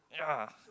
ya